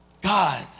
God